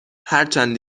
هرچند